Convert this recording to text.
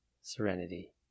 serenity